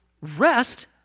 Rest